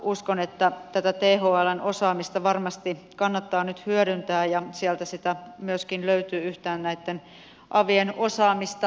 uskon että tätä thln osaamista varmasti kannattaa nyt hyödyntää ja sieltä sitä myöskin löytyy yhtään näitten avien osaamista vähättelemättä